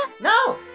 No